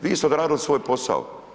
Vi ste odradili svoj posao.